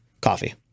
Coffee